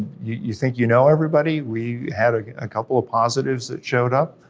you think you know everybody, we had a couple of positives that showed up,